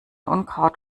unkraut